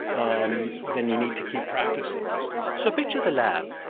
um then you need to keep practicing so picture the lab.